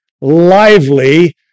lively